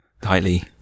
tightly